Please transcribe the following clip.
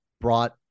brought